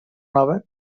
nova